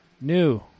New